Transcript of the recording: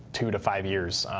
two to five years.